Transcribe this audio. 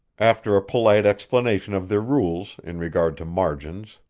after a polite explanation of their rules in regard to margins,